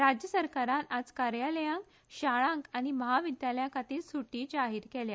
राज्य सरकारान आयज कार्यालयां शाळां आनी महाविद्यालयां खातीर सुटी जाहीर केल्या